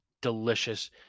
delicious